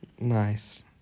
nice